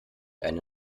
eine